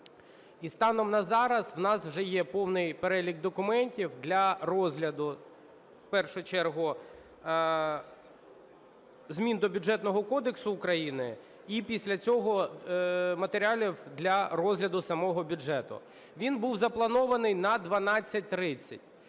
і станом на зараз у нас вже є повний перелік документів для розгляду, в першу чергу, змін до Бюджетного кодексу України і після цього матеріалів для розгляду самого бюджету. Він був запланований на 12:30.